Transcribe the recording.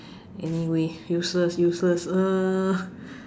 anyway useless useless err